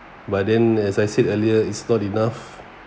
but then as I said earlier it's not enough